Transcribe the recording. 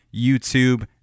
YouTube